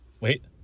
Wait